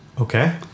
okay